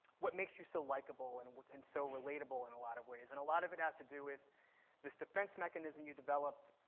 what makes you so likeable and and so relatable in a lot of ways. and a lot of it has to do with this defense mechanism you developed,